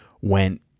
went